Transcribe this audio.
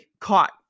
caught